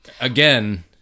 Again